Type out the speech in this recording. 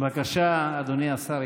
בבקשה, אדוני השר ימשיך.